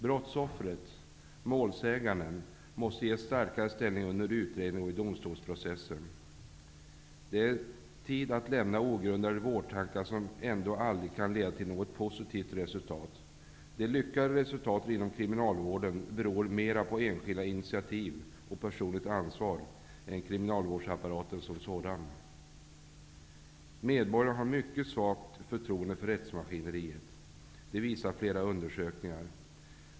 Brottsoffret, målsäganden, måste ges en starkare ställning under utredningen och i domstolsprocessen. Det är tid att lämna ogrundade vårdtankar som ändå aldrig kan leda till något positivt resultat. De lyckade resultaten inom kriminalvården beror mera på enskilda initiativ och personligt ansvar än på kriminalvårdsapparaten som sådan. Medborgarna har mycket svagt förtroende för rättsmaskineriet. Det visar flera undersökningar.